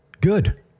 Good